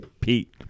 Pete